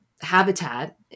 habitat